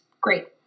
Great